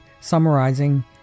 summarizing